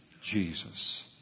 Jesus